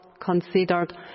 considered